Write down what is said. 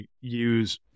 use